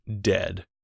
dead